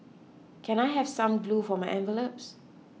can I have some glue for my envelopes